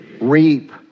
Reap